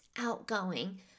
outgoing